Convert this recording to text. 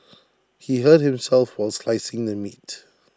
he hurt himself while slicing the meat